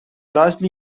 largely